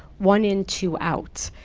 one in, two out?